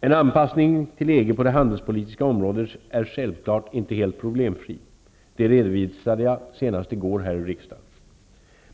En anpassning till EG på det handelspolitiska området är självklart inte helt problemfri -- det redovisade jag senast i går i riksdagen.